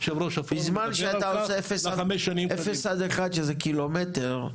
בזמן שאתה עושה 0-1 שזה קילומטר,